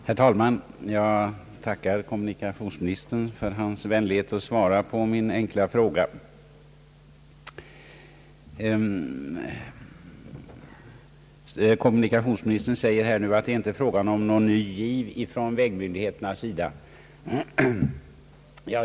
Herr talman! Jag tackar kommunikationsministern för hans vänlighet att svara på min enkla fråga. Kommunikationsministern sade att det inte är är fråga om någon ny giv från vägmyndigheternas sida.